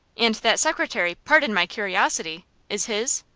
and that secretary pardon my curiosity is his?